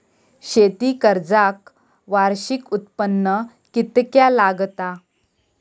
शेती कर्जाक वार्षिक उत्पन्न कितक्या लागता?